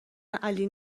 علی